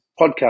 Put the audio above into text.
podcast